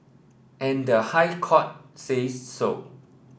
and the High Court says so